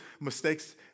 mistakes